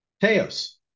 Teos